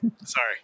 Sorry